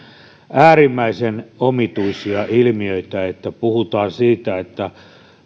äärimmäisen omituisia ilmiöitä että puhutaan siitä että